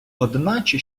одначе